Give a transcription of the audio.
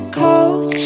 cold